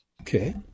Okay